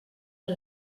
per